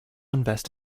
invest